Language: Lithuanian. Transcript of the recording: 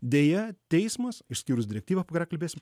deja teismas išskyrus direktyvą apie kurią kalbėsim